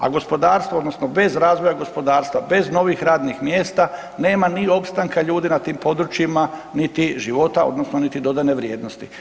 A gospodarstvo, odnosno bez razvoja gospodarstva, bez novih radnih mjesta, nema ni opstanka ljudi na tim područjima niti života odnosno niti dodane vrijednosti.